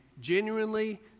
genuinely